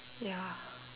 ya